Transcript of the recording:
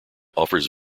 offers